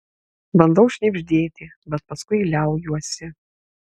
bandau šnibždėti bet paskui liaujuosi